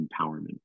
Empowerment